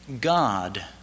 God